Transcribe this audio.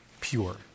pure